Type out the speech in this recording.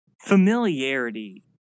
familiarity